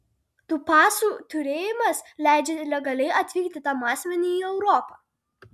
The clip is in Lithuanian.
tų pasų turėjimas leidžia legaliai atvykti tam asmeniui į europą